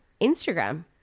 Instagram